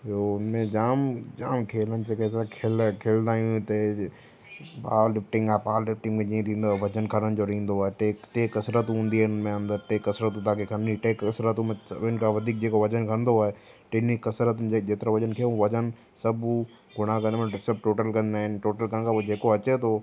ॿियो उन में जाम जाम खेल आहिनि जेके असां खेल खेॾंदा आहियूं हिते बाल टिंगा पाल जीअं थींदो आहे वजन खणण जो ईंदो आहे टे कसरतूं हूंदियूं आहिनि उन में टे कसरतूं तव्हांखे करिनियूं टे कसरतूं में सभीन खां वधीक जेके वजन खणदो आए टिनी कसरतुनि जे जेतिरो बजय खयूं उहो वजन सभु गुणा करणु महिल सभु टोटल कंदा आहिनि टोटल करण खां पोइ जेको अचे थो